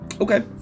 Okay